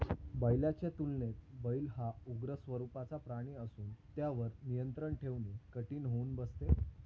बैलाच्या तुलनेत बैल हा उग्र स्वरूपाचा प्राणी असून त्यावर नियंत्रण ठेवणे कठीण होऊन बसते